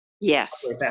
Yes